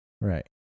right